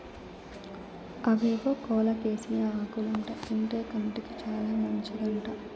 అవేవో కోలోకేసియా ఆకులంట తింటే కంటికి చాలా మంచిదంట